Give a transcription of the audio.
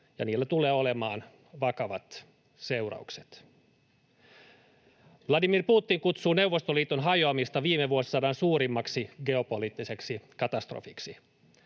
ja niillä tulee olemaan vakavat seuraukset. Vladimir Putin kutsuu Neuvostoliiton hajoamista viime vuosisadan suurimmaksi geopoliittiseksi katastrofiksi.